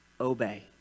obey